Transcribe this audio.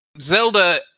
Zelda